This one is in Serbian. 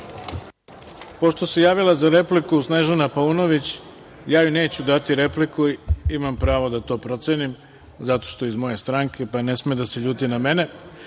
se javila za repliku Snežana Paunović, ja joj neću dati repliku, imam pravo da to procenim, zato što je iz moje stranke pa ne sme da se ljuti na mene.U